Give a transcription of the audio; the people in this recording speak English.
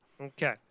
Okay